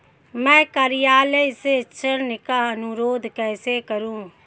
मैं कार्यालय से ऋण का अनुरोध कैसे करूँ?